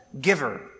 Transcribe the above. giver